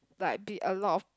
like be a lot of